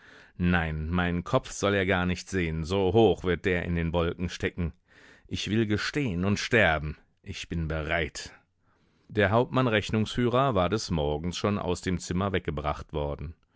nein meinen kopf soll er gar nicht sehen so hoch wird der in den wolken stecken ich will gestehen und sterben ich bin bereit der hauptmannrechnungsführer war des morgens schon aus dem zimmer weggebracht worden